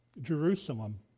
Jerusalem